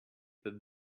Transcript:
that